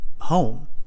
home